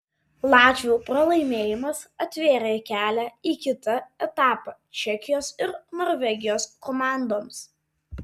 latvių pralaimėjimas atvėrė kelią į kitą etapą čekijos ir norvegijos komandoms